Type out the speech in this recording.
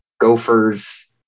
Gophers